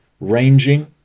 ranging